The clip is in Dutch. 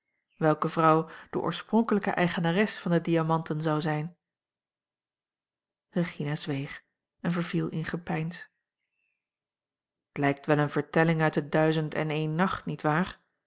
welke vrouw de oorspronkelijke eigenares van de diamanten zou zijn regina zweeg en verviel in gepeins t lijkt wel eene vertelling uit de duizend en één nacht niet waar